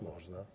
Można.